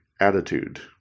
attitude